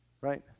right